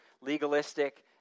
legalistic